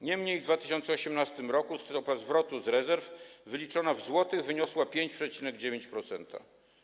Niemniej w 2018 r. stopa zwrotu z rezerw wyliczona w złotych wyniosła 5,9%.